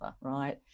Right